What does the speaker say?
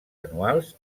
anuals